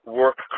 work